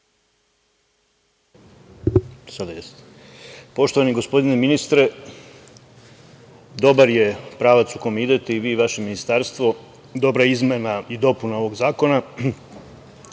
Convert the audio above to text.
Glišić** Poštovani gospodine ministre, dobar je pravac u kojem idete i vi i vaše ministarstvo. Dobra je izmena i dopuna ovog zakona. Imao